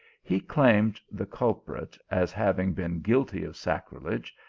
he claimed the culprit, as having been guilty of sacrilege,